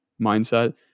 mindset